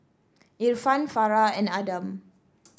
Irfan Farah and Adam